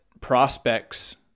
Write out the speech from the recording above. prospects